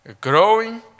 growing